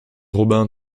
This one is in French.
robin